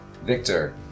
Victor